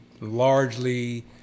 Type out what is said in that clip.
largely